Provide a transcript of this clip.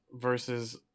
versus